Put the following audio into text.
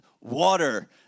water